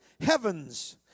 heavens